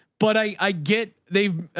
but i get they've ah,